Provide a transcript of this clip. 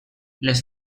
les